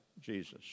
Jesus